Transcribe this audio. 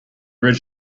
red